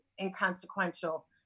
inconsequential